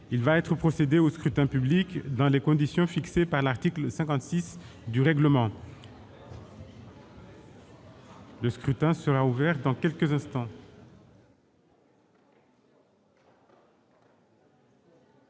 Il va être procédé au scrutin dans les conditions fixées par l'article 56 du règlement. Le scrutin est ouvert. Personne ne demande